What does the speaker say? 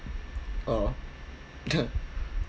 oh